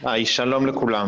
הם עושים את זה במקומם,